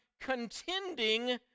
contending